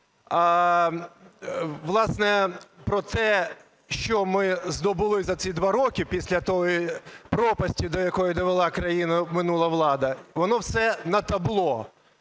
Власне, про те, що ми здобули за ці два роки після тієї пропасті, до якої довела країну минула влада, воно все на табло: